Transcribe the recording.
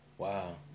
Wow